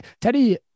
Teddy